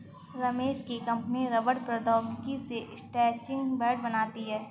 रमेश की कंपनी रबड़ प्रौद्योगिकी से स्ट्रैचिंग बैंड बनाती है